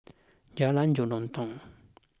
Jalan Jelutong